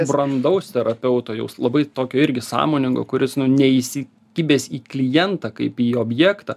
brandaus terapeuto jau labai tokio irgi sąmoningo kuris nu neįsikibęs į klientą kaip į objektą